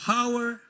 power